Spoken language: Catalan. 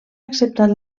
acceptat